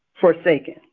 forsaken